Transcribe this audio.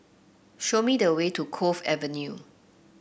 show me the way to Cove Avenue